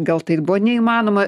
gal tai buvo neįmanoma